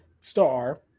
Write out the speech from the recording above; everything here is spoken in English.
star